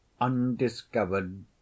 undiscovered